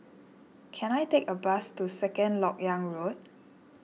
can I take a bus to Second Lok Yang Road